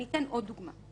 ואני אתן עוד דוגמה.